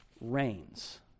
reigns